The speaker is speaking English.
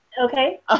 Okay